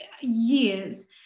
years